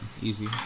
Easy